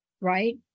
right